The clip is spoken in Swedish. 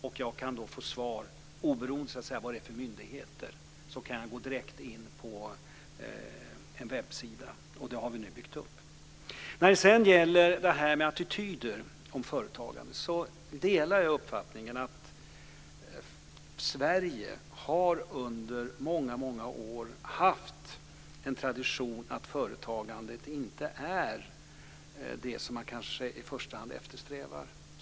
Där kan man få svar oberoende av vilken myndighet som ger beskedet. När det gäller attityder mot företagandet delar jag uppfattningen att Sverige under många år har haft en tradition att företagande inte är det som ungdomar kanske i första hand eftersträvar.